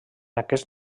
aquest